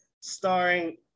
starring